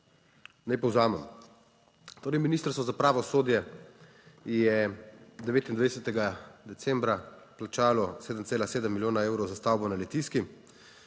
Naj povzamem. Torej Ministrstvo za pravosodje je 29. decembra plačalo 7,7 milijona evrov za stavbo na Litijski,